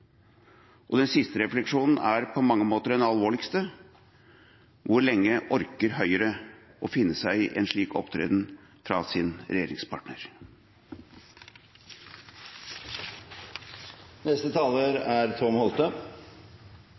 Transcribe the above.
og den siste refleksjonen er på mange måter den alvorligste: Hvor lenge orker Høyre å finne seg i en slik opptreden fra sin